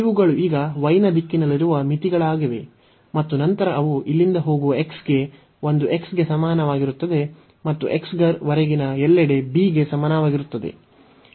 ಇವುಗಳು ಈಗ y ನ ದಿಕ್ಕಿನಲ್ಲಿರುವ ಮಿತಿಗಳಾಗಿವೆ ಮತ್ತು ನಂತರ ಅವು ಇಲ್ಲಿಂದ ಹೋಗುವ x ಗೆ ಒಂದು x ಗೆ ಸಮಾನವಾಗಿರುತ್ತದೆ ಮತ್ತು x ವರೆಗಿನ ಎಲ್ಲೆಡೆ b ಗೆ ಸಮಾನವಾಗಿರುತ್ತದೆ